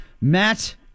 Matt